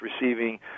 receiving